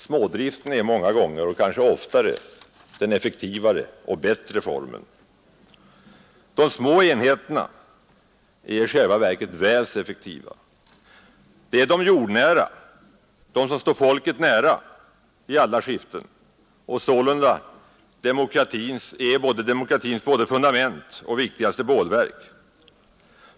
Smådriften är många gånger — och kanske oftare — en effektivare och bättre form. De små enheterna är i själva verket väl så motverka maktkoncentrationen i samhället motverka maktkoncentrationen i samhället effektiva som de stora. Dessa är de jordnära, de som står folket nära i alla skiften och sålunda är både demokratins fundament och viktigaste bålverk.